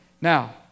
Now